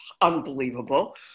unbelievable